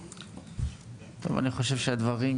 אני חושב שהדברים